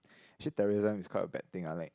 actually terrorism is quite a bad thing ah like